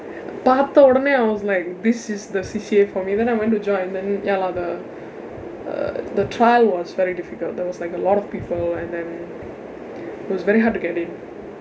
பார்த்தவுடனே:paarththavudanee I was like this is the C_C_A for me then I went to join then ya lah the the trial was very difficult there was like a lot of people and then it was very hard to get in